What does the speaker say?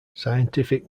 scientific